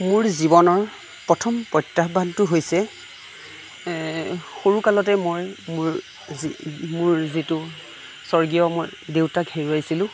মোৰ জীৱনৰ প্ৰথম প্ৰত্যাহ্বানটো হৈছে সৰু কালতে মই মোৰ মোৰ যিটো স্বৰ্গীয় মোৰ দেউতাক হেৰুৱাইছিলোঁ